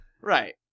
Right